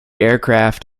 aircraft